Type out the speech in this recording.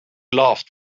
laughed